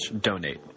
donate